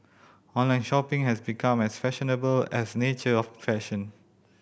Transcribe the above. online shopping has become as fashionable as nature of fashion